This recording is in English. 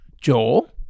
Joel